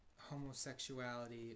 homosexuality